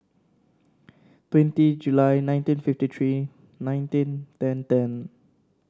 twenty July nineteen fifty three nineteen ten ten